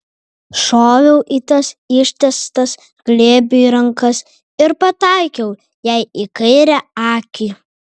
šoviau į tas ištiestas glėbiui rankas ir pataikiau jai į kairę akį